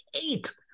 eight